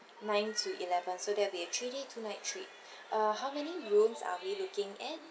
ninth to eleventh so that'll be a three day two night trip uh how many rooms are we looking at